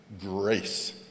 grace